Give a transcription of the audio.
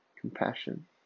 compassion